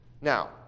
Now